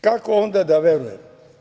Kako onda da verujem?